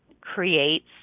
creates